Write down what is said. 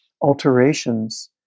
alterations